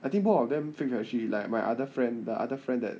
I think more of them fake freshie like my other friend the other friend that